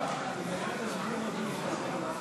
למה זה לא עבר?